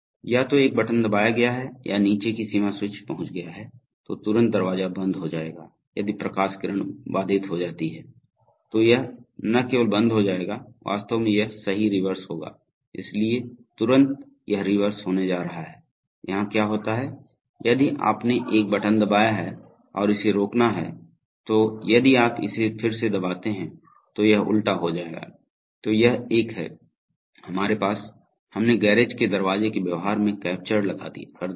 या तो एक बटन दबाया गया है या नीचे की सीमा स्विच पहुंच गया है तो तुरंत दरवाजा बंद हो जाएगा यदि प्रकाश किरण बाधित हो जाती है तो यह न केवल बंद हो जाएगा वास्तव में यह सही रिवर्स होगा इसलिए तुरंत यह रिवर्स होने जा रहा है यहां क्या होता है यदि आपने एक बटन दबाया है और इसे रोकना है तो यदि आप इसे फिर से दबाते हैं तो यह उल्टा हो जाएगा तो यह एक है हमारे पास हमने गैरेज के दरवाजे के व्यवहार में कैप्चर्ड कर लिया है